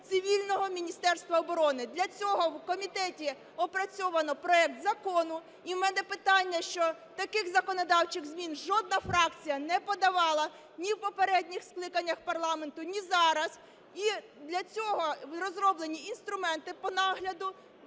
цивільного Міністерства оборони. Для цього в комітеті опрацьовано проект закону. І в мене питання, що таких законодавчих змін жодна фракція не подавала ні в попередніх скликаннях парламенту, ні зараз. І для цього розроблені інструменти по нагляду,